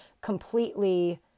completely